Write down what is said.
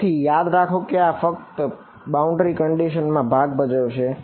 તેથી યાદ રાખો કે આ પદ ફક્ત બાઉન્ડ્રી માં ભાગ ભજવશે